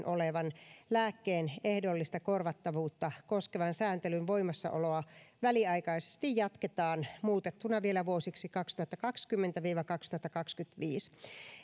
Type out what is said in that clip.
olevan lääkkeen ehdollista korvattavuutta koskevan sääntelyn voimassaoloa väliaikaisesti jatketaan muutettuna vielä vuosiksi kaksituhattakaksikymmentä viiva kaksituhattakaksikymmentäviisi